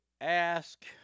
ask